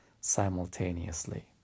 simultaneously